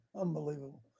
Unbelievable